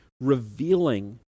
revealing